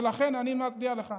ולכן אני מצדיע לך.